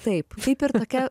taip kaip ir tokia